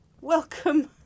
Welcome